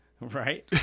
Right